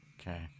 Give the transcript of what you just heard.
Okay